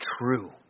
true